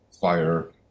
fire